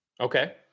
Okay